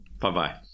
Bye-bye